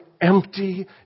empty